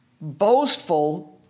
boastful